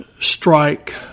strike